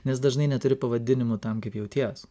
nes dažnai neturi pavadinimų tam kaip jauties